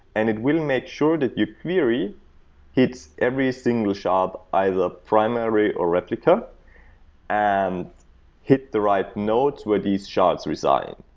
and it will make sure that your query hits every single shard either primary or replica and hit the right nodes where these shards reside.